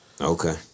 Okay